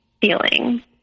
feeling